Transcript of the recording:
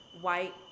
white